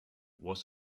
was